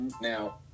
Now